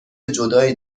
جدایی